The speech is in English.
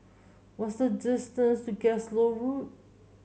what's the distance to Road